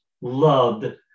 loved